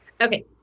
Okay